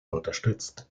unterstützt